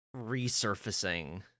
resurfacing